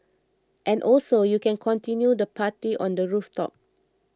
and also you can continue the party on the rooftop